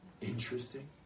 Interesting